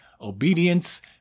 obedience